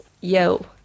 Yo